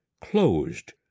Closed